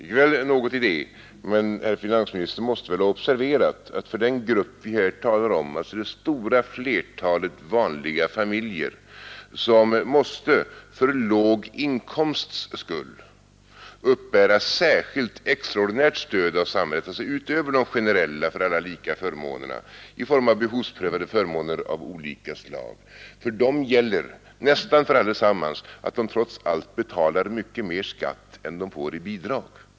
Det ligger något i det, men finansministern måste väl ha observerat att för den grupp vi här talar om, alltså det stora flertalet vanliga familjer, som måste för låg inkomsts skull uppbära extraordinärt stöd av samhället utöver de generella och för alla lika förmånerna i form av behovsprövade förmåner av olika slag, för nästan alla dessa gäller att de trots allt betalar mycket mer skatt än de får i bidrag.